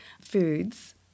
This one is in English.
foods